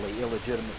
illegitimate